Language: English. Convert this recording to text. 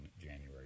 January